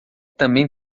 também